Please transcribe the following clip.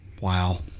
wow